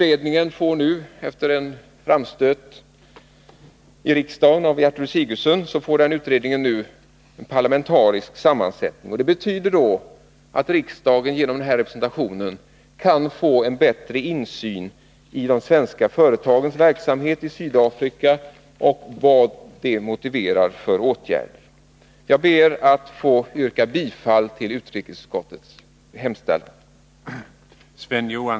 Efter en framstöt i riksdagen av Gertrud Sigurdsen kommer den utredningen att få en parlamentarisk sammansättning. Det betyder att riksdagen genom en sådan representation kan få bättre insyn i de svenska företagens verksamhet i Sydafrika och större möjligheter att bedöma vilka åtgärder som är motiverade. Jag ber att få yrka bifall till utrikesutskottets hemställan.